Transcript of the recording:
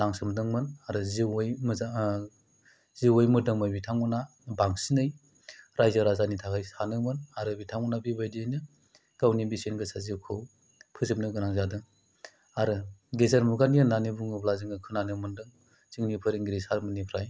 नांसोमदोंमोन आरो जिउयै मोजां जिउयै मोदोमै बिथांमोना बांसिनै रायजो राजानि थाखाय सानोमोन आरो बिथांमोना बेबायदियैनो गावनि बेसेन गोसा जिउखौ फोजोबनो गोनां जादों आरो गेजेर मुगानि होन्नानै बुङोब्ला जोङो खोनानो मोनदों जोंनि फोरोंगिरि सार मोननिफ्राय